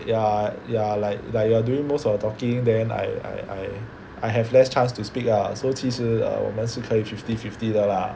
ya ya you are like like you are doing most of the talking then I I I have less chance to speak ah so 其实我们是可以 fifty fifty 的 lah